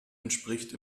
entspricht